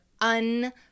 un-